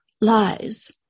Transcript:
lies